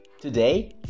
Today